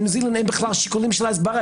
בניו-זילנד אין בכלל שיקולים של הסברה,